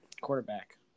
quarterback